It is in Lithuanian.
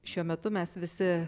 šiuo metu mes visi